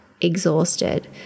exhausted